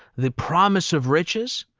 the promise of riches,